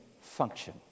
function